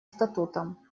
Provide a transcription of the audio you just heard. статутом